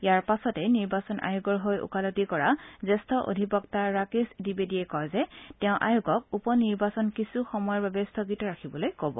ইয়াৰ পাছতে নিৰ্বাচন আয়োগৰ হৈ ওকালতি কৰা জ্যেষ্ঠ অধিবক্তা ৰাকেশ দ্বিবেদীয়ে কয় যে তেওঁ আয়োগক উপ নিৰ্বাচন কিছু সময়ৰ বাবে স্থগিত ৰাখিবলৈ ক'ব